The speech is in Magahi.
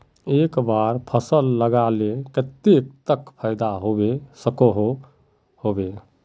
एक बार फसल लगाले कतेक तक फायदा होबे सकोहो होबे?